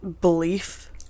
belief